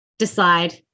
decide